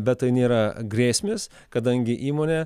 bet tai nėra grėsmės kadangi įmonė